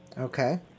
Okay